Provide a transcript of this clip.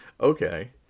Okay